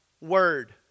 word